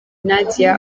nadia